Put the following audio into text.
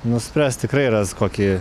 nuspręs tikrai ras kokį